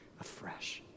afresh